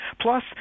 Plus